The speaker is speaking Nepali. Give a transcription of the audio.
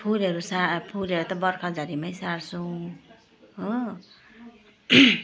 फुलहरू सार फुलहरू त भर्खा झरीमै सार्छौँ हो